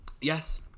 Yes